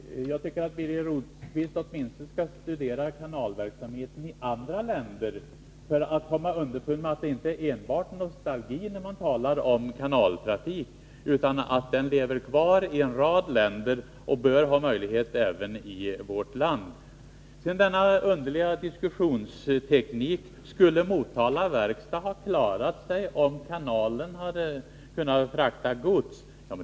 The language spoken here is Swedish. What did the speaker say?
Fru talman! Jag tycker att Birger Rosqvist skall studera kanalverksamheten i andra länder. Då skall han komma underfund med att det inte är enbart nostalgi att tala om kanaltrafik. Den lever kvar i en rad länder och bör ha möjligheter även i vårt land. Sedan denna underliga diskussionsteknik: Skulle Motala verkstad ha klarat sig om godset kunnat fraktas på kanalen?